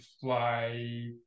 fly